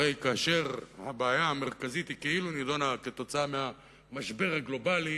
כאשר הבעיה המרכזית נדונה כאילו היא תוצאה מהמשבר הגלובלי,